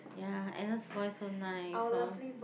ya Agnes voice so nice hor